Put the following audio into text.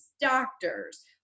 doctors